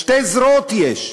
שתי זרועות יש: